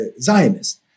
Zionist